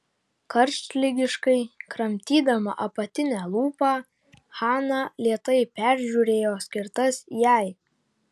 karštligiškai kramtydama apatinę lūpą hana lėtai peržiūrėjo skirtas jai